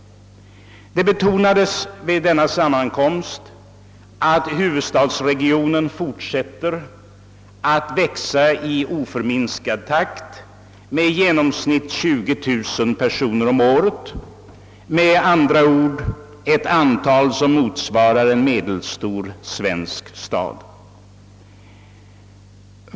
Det betonades vid sammankonmsten att huvudstadsregionen fortsätter att växa i oförminskad takt med i genomsnitt 20000 personer om året, med andra ord ett antal som motsvarar en medelstor svensk stad.